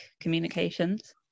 communications